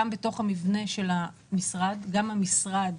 גם המשרד